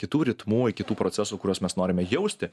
kitų ritmų kitų procesų kuriuos mes norime jausti